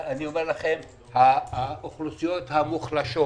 האוכלוסיות המוחלשות